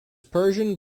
persian